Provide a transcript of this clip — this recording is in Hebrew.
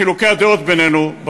בחילוקי הדעות בינינו,